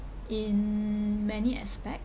in many aspect